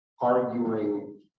arguing